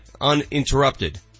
uninterrupted